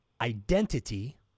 Identity